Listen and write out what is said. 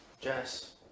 Jess